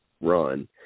run